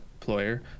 employer